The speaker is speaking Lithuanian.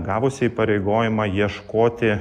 gavusi įpareigojimą ieškoti